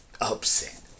Upset